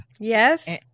Yes